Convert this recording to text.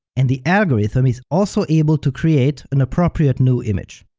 and the algorithm is also able to create an appropriate new image.